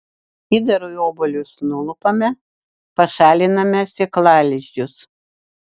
įdarui obuolius nulupame pašaliname sėklalizdžius